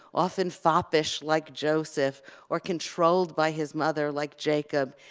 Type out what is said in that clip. often foppish like joseph or controlled by his mother like jacob,